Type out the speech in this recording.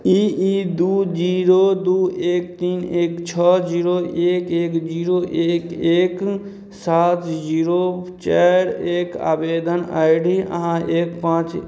ई ई दुइ जीरो दुइ एक तीन एक छओ जीरो एक एक जीरो एक एक सात जीरो चारि एक आवेदन आइ डी आओर एक पाँच